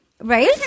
Right